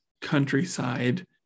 countryside